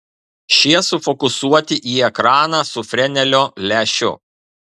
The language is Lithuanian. šie sufokusuoti į ekraną su frenelio lęšiu